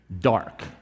dark